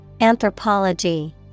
Anthropology